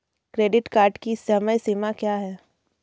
Credit card की समय सीमा क्या है?